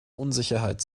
unsicherheit